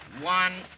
One